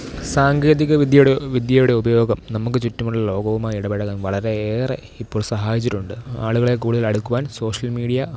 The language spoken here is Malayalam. സാങ്കേതിക വിദ്യയുടെ വിദ്യയുടെ ഉപയോഗം നമുക്ക് ചുറ്റുമുള്ള ലോകവുമായി ഇടപഴകാൻ വളരെ ഏറെ ഇപ്പോൾ സാഹചര്യമുണ്ട് ആളുകളെ കൂടുതൽ എടുക്കുവാൻ സോഷ്യൽ മീഡിയ